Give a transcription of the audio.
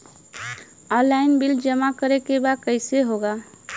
Online bill जमा करे के बा कईसे होगा?